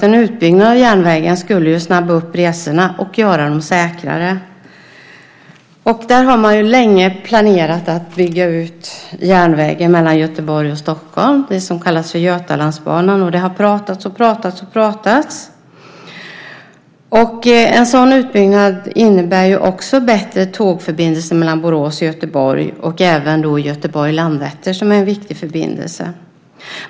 En utbyggnad av järnvägen skulle snabba upp resorna och göra dem säkrare. Man har länge planerat att bygga ut järnvägen mellan Göteborg och Stockholm, det som kallas för Götalandsbanan. Det har pratats och pratats. En sådan utbyggnad innebär ju också bättre tågförbindelser mellan Borås och Göteborg och även Göteborg-Landvetter, som är en viktig förbindelse.